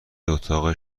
اتاق